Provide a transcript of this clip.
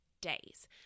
days